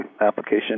application